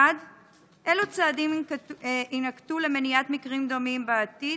1. אילו צעדים יינקטו למניעת מקרים דומים בעתיד?